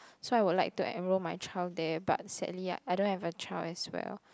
so I would like to enroll my child there but sadly I don't have a child as well